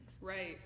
right